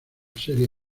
serie